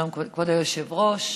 כבוד היושב-ראש,